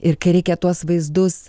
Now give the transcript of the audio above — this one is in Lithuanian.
ir kai reikia tuos vaizdus